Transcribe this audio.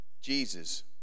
Jesus